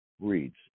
reads